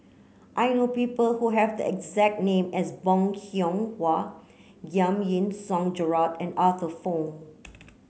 I know people who have the exact name as Bong Hiong Hwa Giam Yean Song Gerald and Arthur Fong